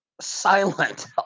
silent